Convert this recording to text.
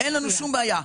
אין לנו שום בעיה.